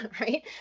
Right